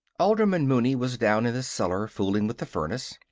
alderman mooney was down in the cellar, fooling with the furnace.